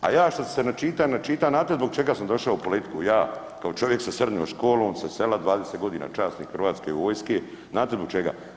A ja što sam se načita i načita znate zbog čega sam došao u politiku, ja kao čovjek sa srednjom školom, sa sela, 20 godina časnik hrvatske vojske, znate zbog čega?